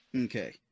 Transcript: Okay